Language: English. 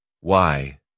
Why